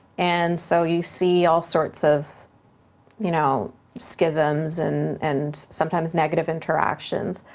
and so you see all sorts of you know schisms and and sometimes negative interactions,